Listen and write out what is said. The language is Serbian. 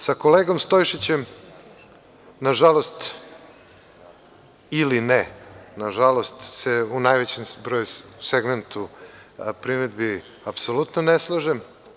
Sa kolegom Stojšićem, na žalost ili ne na žalost, se u najvećem segmentu primedbi apsolutno ne slažem.